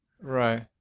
right